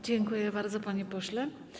Dziękuję bardzo, panie pośle.